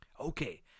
Okay